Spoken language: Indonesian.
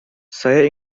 saya